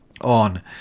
on